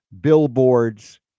Billboards